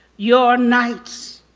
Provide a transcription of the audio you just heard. your nights.